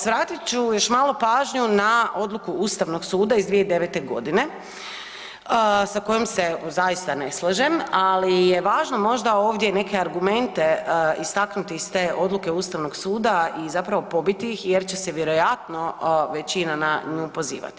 Svratit ću još malo pažnju na odluku Ustavnog suda iz 2009. godine sa kojom se zaista ne slažem, ali je važno možda ovdje neke argumente istaknuti iz te odluke Ustavnog suda i zapravo pobiti ih jer će se vjerojatno većina na nju pozivati.